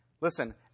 listen